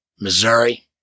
Missouri